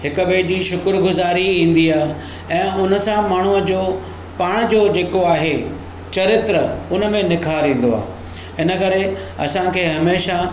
हिक ॿिए जी शुक्रगुजारी ईंदी आहे ऐं हुन सां माण्हुअ जो पाण जो जेको आहे चरित्र हुनमें निखार ईंदो आहे इनकरे असांखे हमेशह